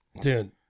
Dude